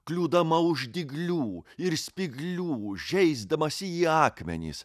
kliūdama už dyglių ir spyglių žeisdamasi į akmenis